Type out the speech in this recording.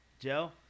Joe